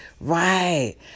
Right